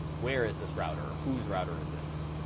where is this router? whose router is this?